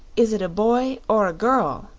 is it a boy or a girl?